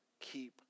Keep